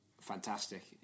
fantastic